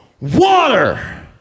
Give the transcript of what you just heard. water